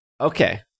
okay